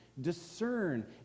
discern